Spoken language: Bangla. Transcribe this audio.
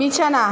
বিছানা